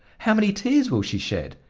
how many tears will she shed?